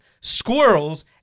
squirrels